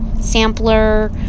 Sampler